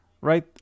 right